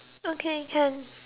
okay can